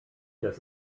das